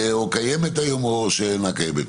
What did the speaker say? שקיימת היום או שאינה קיימת.